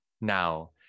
now